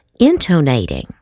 intonating